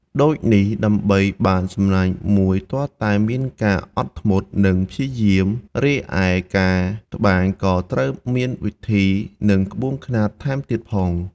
ដូចនេះដើម្បីបាន សំណាញ់មួយទាល់តែមានការអត់ធ្មត់និងព្យាយាម រីឯការត្បាញក៏ត្រូវមានវិធី និងក្បួនខ្នាតថែមទៀតផង។